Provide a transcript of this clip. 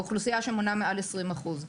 באוכלוסייה שמונה מעל 20 אחוז.